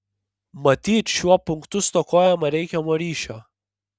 matyt šiuo punktu stokojama reikiamo ryšio